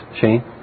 Shane